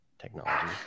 technology